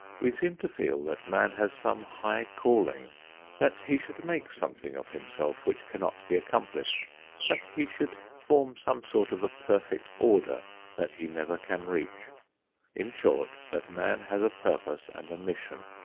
we seem to feel that man has some high calling that he should make something of himself which cannot be accomplished that he should form some sort of a perfect order that he never can reach in short that man has a purpose and a mission.